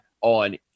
on